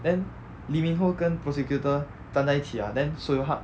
then lee min [ho] 跟 prosecutor 站在一起啊 then seo yong hak